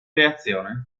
reazione